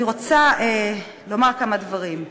אני רוצה לומר כמה דברים.